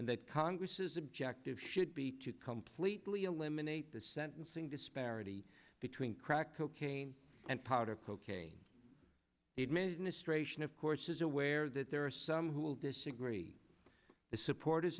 and that congress is objective should be to completely eliminate the sentencing disparity between crack cocaine and powder cocaine the administration of course is aware that there are some who will disagree the supporters